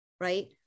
right